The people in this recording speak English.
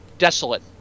desolate